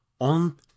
on